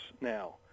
now